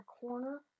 corner